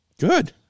Good